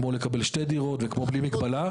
כמו לקבל שתי דירות וכמו בלי מגבלה.